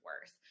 worse